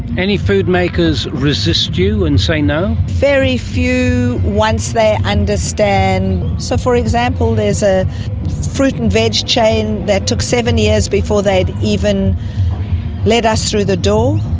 any food makers resist you and say no? very few once they understand. so, for example, there is a fruit and veg chain that took seven years before they'd even let us through the door.